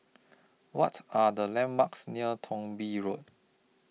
What Are The landmarks near Thong Bee Road